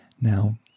now